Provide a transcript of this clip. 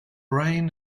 reign